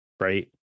right